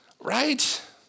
Right